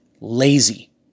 lazy